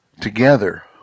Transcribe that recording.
together